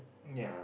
yea